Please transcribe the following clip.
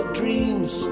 dreams